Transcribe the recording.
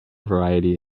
variety